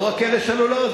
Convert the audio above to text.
לא רק אלה שעלו לארץ,